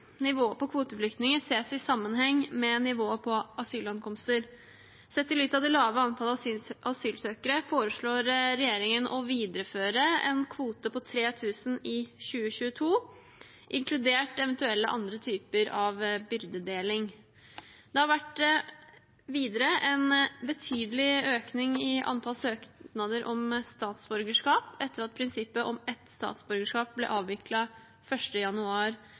Nivået på kvoteflyktninger ses i sammenheng med nivået på asylankomster. Sett i lys av det lave antallet asylsøkere foreslår regjeringen å videreføre en kvote på 3 000 i 2022, inkludert eventuelle andre typer byrdedeling. Det har videre vært en betydelig økning i antall søknader om statsborgerskap etter at prinsippet om ett statsborgerskap ble avviklet 1. januar